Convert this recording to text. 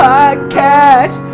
Podcast